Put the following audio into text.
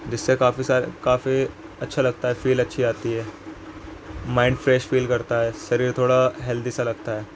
جس سے کافی سارے کافی اچھا لگتا ہے فیل اچھی آتی ہے مائنڈ فریش فیل کرتا ہے شریر تھوڑا ہیلدی سا لگتا ہے